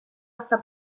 estar